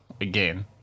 again